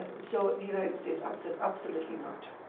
so the united states um said, absolutely not.